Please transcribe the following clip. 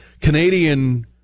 Canadian